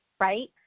Right